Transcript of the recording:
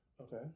Okay